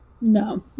No